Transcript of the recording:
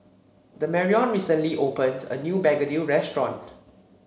Damarion recently opened a new Begedil restaurant